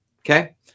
Okay